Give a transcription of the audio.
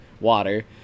water